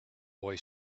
boy